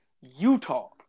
Utah